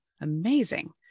Amazing